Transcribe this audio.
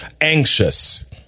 anxious